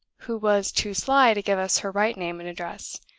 who was too sly to give us her right name and address.